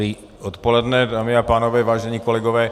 Dobré odpoledne, dámy a pánové, vážení kolegové.